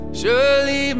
surely